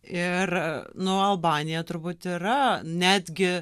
ir nu albanija turbūt yra netgi